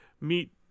meet